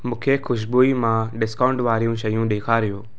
मूंखे खू़शबू मां डिस्काऊंट वारियूं शयूं ॾेखारियो